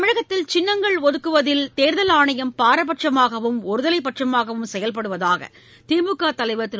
தமிழகத்தில் சின்னங்கள் ஒதுக்குவதில் பாரபட்சமாகவும் ஒருதலைப்பட்சமாகவும் செயல்படுவதாக திமுக தலைவர் திரு